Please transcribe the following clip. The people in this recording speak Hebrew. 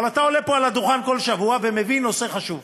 אבל אתה עולה פה על הדוכן כל שבוע ומביא נושא חשוב.